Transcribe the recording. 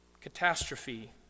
catastrophe